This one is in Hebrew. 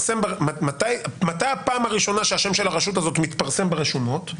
מתי הפעם הראשונה שהשם של הרשות הזאת מתפרסם ברשומות?